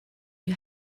you